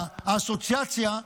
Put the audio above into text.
האסוציאציה,